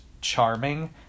charming